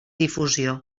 difusió